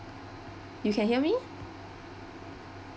you can hear me